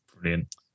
Brilliant